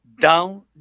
down